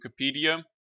Wikipedia